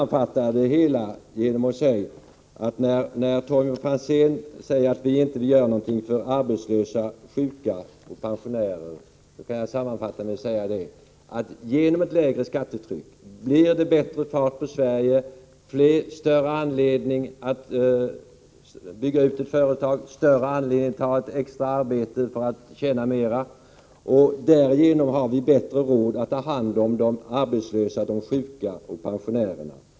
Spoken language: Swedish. När Tommy Franzén säger att vi inte gör någonting för arbetslösa, sjuka och pensionärer, kan jag sammanfattningsvis säga, att genom ett lägre skattetryck blir det bättre fart på Sverige, större anledning att bygga ut företag och större anledning att ta ett extra arbete för att tjäna mera. Därigenom får vi också bättre råd att ta hand om de arbetslösa, de sjuka och pensionärerna.